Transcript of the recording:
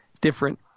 different